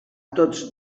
tots